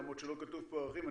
למרות שלא כתוב פה ערכים,